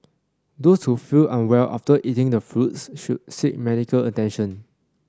those who feel unwell after eating the fruits should seek medical attention